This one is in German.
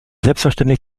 selbstverständlich